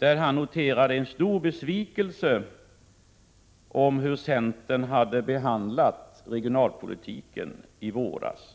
Han noterar en stor besvikelse över hur centern i våras behandlade regionalpolitiken.